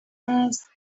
است